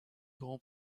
grands